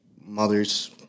mothers